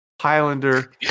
Highlander